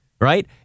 right